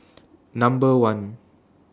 Number one